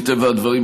מטבע הדברים,